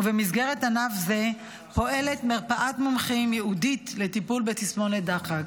ובמסגרת ענף זה פועלת מרפאת מומחים ייעודית לטיפול בתסמונת דחק.